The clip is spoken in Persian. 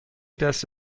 دست